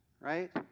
right